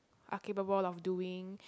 are capable of doing